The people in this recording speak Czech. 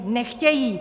Nechtějí!